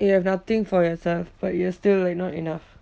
you have nothing for yourself but you are still like not enough